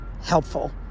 helpful